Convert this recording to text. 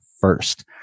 first